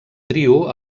trio